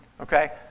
Okay